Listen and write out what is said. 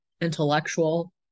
intellectual